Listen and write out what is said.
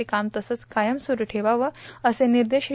ते काम तसंच कायम सुरू ठेवावं असे निर्देश श्री